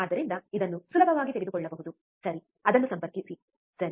ಆದ್ದರಿಂದ ಇದನ್ನು ಸುಲಭವಾಗಿ ತೆಗೆದುಕೊಳ್ಳಬಹುದು ಸರಿ ಅದನ್ನು ಸಂಪರ್ಕಿಸಿ ಸರಿ